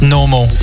Normal